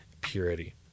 purity